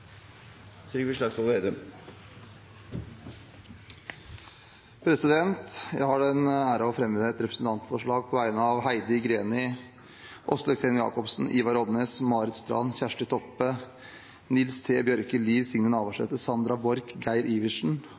Trygve Slagsvold Vedum vil fremsette et representantforslag. Jeg har den ære å fremme et representantforslag på vegne av Heidi Greni, Åslaug Sem-Jacobsen, Ivar Odnes, Marit Knutsdatter Strand, Kjersti Toppe, Nils T. Bjørke, Liv Signe Navarsete, Sandra Borch, Geir Adelsten Iversen